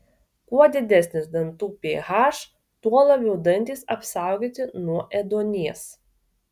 kuo didesnis dantų ph tuo labiau dantys apsaugoti nuo ėduonies